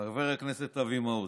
חבר הכנסת אבי מעוז,